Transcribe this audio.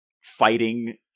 fighting